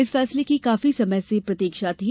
इस फैसले की काफी समय से प्रतीक्षा थी